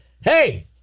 Hey